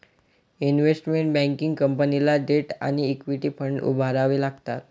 investment banking कंपनीला debt आणि equity fund उभारावे लागतात